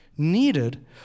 needed